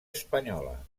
espanyola